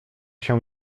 się